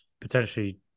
potentially